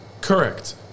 Correct